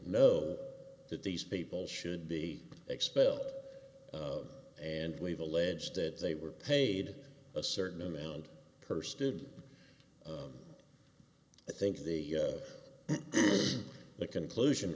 know that these people should be expelled and we've alleged that they were paid a certain amount per student i think the conclusion